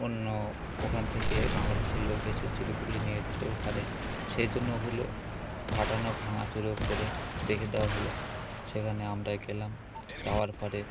অন্য ওখান থেকে বাংলাদেশের লোক এসে চুরিপুরি নিয়ে যেতেও পারে সেই জন্য ওগুলো ফাটানো ভাঙা চরো করে দেখে দেওয়া হলো সেখানে আমরা গেলাম যাওয়ার পরে